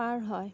পাৰ হয়